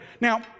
Now